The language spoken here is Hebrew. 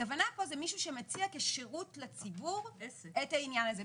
הכוונה פה זה מישהו שמציע כשירות לציבור את העניין הזה.